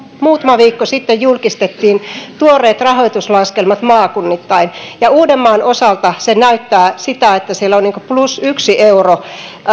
muutama viikko sitten julkistettiin tuoreet rahoituslaskelmat maakunnittain ja uudenmaan osalta se näyttää sitä että siellä on plus yksi euro